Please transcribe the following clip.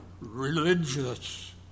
religious